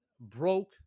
broke